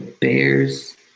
Bears